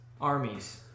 armies